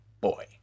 boy